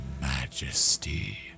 majesty